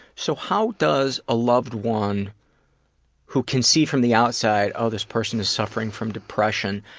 so how does a loved one who can see from the outside, oh this person is suffering from depression,